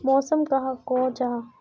मौसम कहाक को जाहा?